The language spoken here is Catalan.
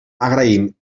agraïm